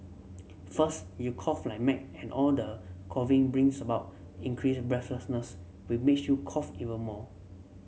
first you cough like mad and all the coughing brings about increased breathlessness we makes you cough even more